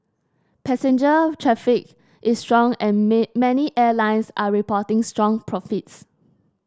passenger traffic is strong and may many airlines are reporting strong profits